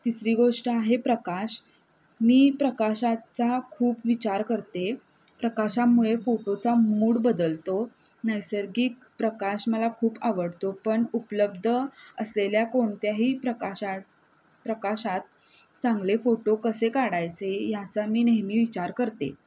तिसरी गोष्ट आहे प्रकाश मी प्रकाशाचा खूप विचार करते प्रकाशामुळे फोटोचा मूड बदलतो नैसर्गिक प्रकाश मला खूप आवडतो पण उपलब्ध असलेल्या कोणत्याही प्रकाशात प्रकाशात चांगले फोटो कसे काढायचे ह्याचा मी नेहमी विचार करते